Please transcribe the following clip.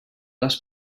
les